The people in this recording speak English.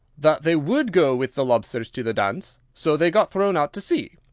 that they would go with the lobsters to the dance. so they got thrown out to sea.